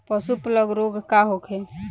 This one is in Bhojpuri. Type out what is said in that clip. पशु प्लग रोग का होखे?